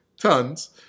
tons